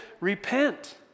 repent